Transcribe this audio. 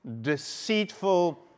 deceitful